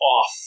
off